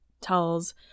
tells